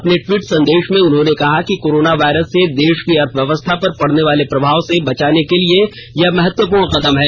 अपने टवीट संदेश में उन्होंने कहा कि कोरोना वायरस से देश की अर्थव्यवस्था पर पड़ने वाले प्रभाव से बचाने के लिए यह महत्वपूर्ण कदम है